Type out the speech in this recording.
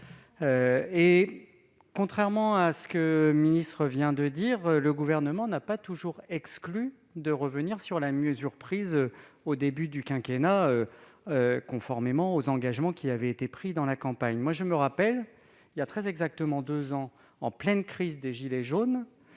Contrairement à ce que M. le ministre vient de dire, le Gouvernement n'a pas toujours exclu de revenir sur la mesure prise au début du quinquennat, conformément aux engagements de campagne. Voilà très exactement deux ans, en pleine crise des gilets jaunes,